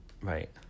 Right